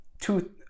two